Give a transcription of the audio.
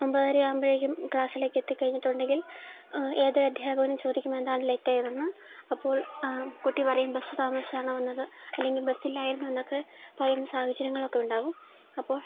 ഒമ്പതരയോക്കുമ്പോഴേക്കും ക്ലാസ്സിലേക്ക് എത്തിക്കഴിഞ്ഞിട്ടുണ്ടെങ്കിൽ ഏതൊരു അദ്യാപകനും ചോദിക്കും എന്താണ് ലേറ്റായതെന്ന് അപ്പോൾ കുട്ടി പറയും ബസ്സ് താമസിച്ചാണ് വന്നത് അല്ലെങ്കിൽ ബസ്സിലായിരുന്നുഎന്നൊക്കെ പറയും സാഹചര്യങ്ങളൊക്കെ ഉണ്ടാവും അപ്പോൾ